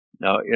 Now